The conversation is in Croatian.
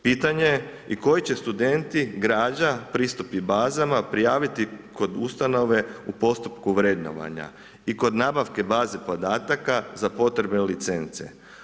Pitanje je i koji će studenti, građa i pristupi bazama prijaviti kod ustanove u postupku vrednovanja i kod nabavke baze podataka za potrebe licence.